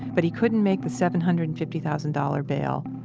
but he couldn't make the seven hundred and fifty thousand dollars bail.